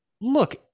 look